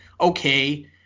okay